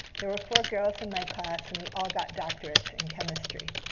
there were four girls in my class, and we all got doctorates in chemistry,